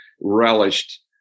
relished